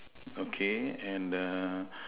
okay and err